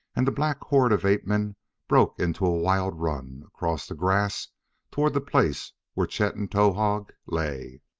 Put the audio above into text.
and the black horde of ape-men broke into a wild run across the grass toward the place where chet and towahg lay.